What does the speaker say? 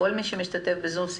כל מי שמשתתף בזום,